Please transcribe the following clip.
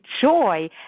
joy